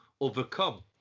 overcome